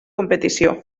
competició